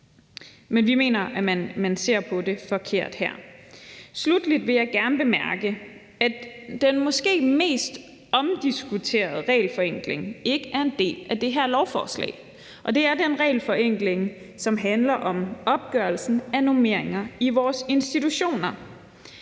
Men vi mener, at man her ser forkert på det. Sluttelig vil jeg gerne bemærke, at den måske mest omdiskuterede regelforenkling ikke er en del af det her lovforslag, og det er den regelforenkling, som handler om opgørelsen af normeringer i vores institutioner.